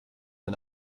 ein